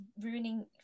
ruining